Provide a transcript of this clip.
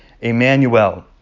Emmanuel